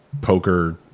poker